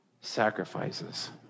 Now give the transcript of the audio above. sacrifices